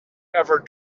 ever